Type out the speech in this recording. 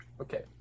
Okay